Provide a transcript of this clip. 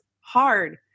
hard